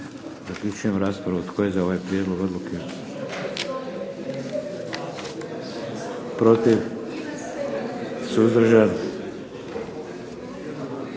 Zaključujem raspravu. Tko je za ovaj prijedlog odluke? Protiv? Suzdržan?